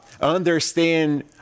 understand